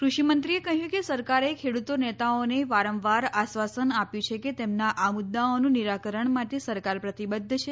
કૃષિમંત્રીએ ક્હ્યું કે સરકારે ખેડૂત નેતાઓને વારંવાર આશ્વાસન આપ્યું છે કે તેમનાં આ મુદ્દાઓનાં નિરાકરણ માટે સરકાર પ્રતિબધ્ધ છે